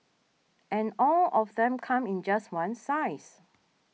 and all of them come in just one size